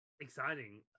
exciting